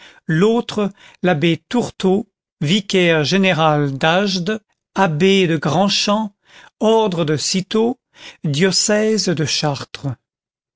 l'autre l'abbé tourteau vicaire général d'agde abbé de grand champ ordre de cîteaux diocèse de chartres